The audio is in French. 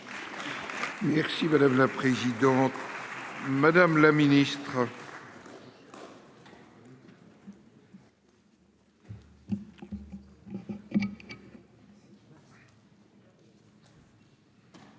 Merci madame la présidente. Madame la Ministre.----